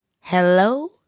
Hello